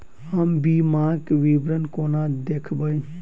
हम बीमाक विवरण कोना देखबै?